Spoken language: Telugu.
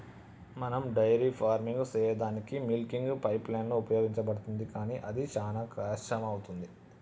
మనం డైరీ ఫార్మింగ్ సెయ్యదానికీ మిల్కింగ్ పైప్లైన్ ఉపయోగించబడుతుంది కానీ అది శానా కర్శు అవుతది